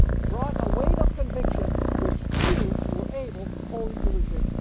brought a weight of conviction which few were able wholly to resist.